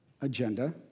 agenda